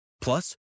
Plus